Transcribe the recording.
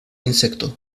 insecto